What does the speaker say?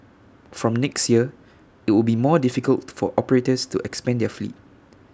from next year IT will be more difficult for operators to expand their fleet